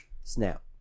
Snap